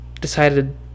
decided